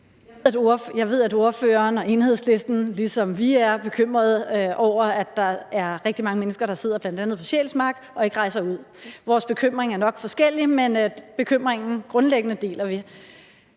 Jeg ved, at ordføreren og Enhedslisten ligesom vi er bekymrede for, at der er rigtig mange mennesker, der sidder på bl.a. Sjælsmark og ikke rejser ud. Vores bekymring er nok forskellig, men vi deler grundlæggende bekymringen.